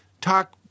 talk